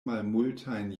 malmultajn